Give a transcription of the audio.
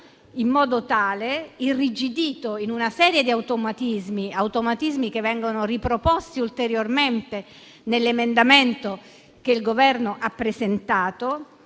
in modo tale, irrigidito in una serie di automatismi che vengono riproposti ulteriormente nell'emendamento che il Governo ha presentato,